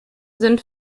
sind